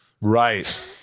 Right